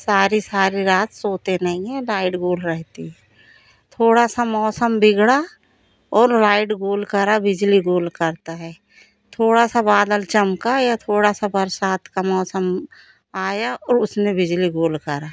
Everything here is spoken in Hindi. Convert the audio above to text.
सारी सारी रात सोते नहीं हैं लाइट गोल रहेती है थोड़ा सा मौसम बिगड़ा और लाइट गोल करा बिजली गोल करता है थोड़ा सा बादल चमका या थोड़ा सा बरसात का मौसम आया और उसने बिजली गोल करा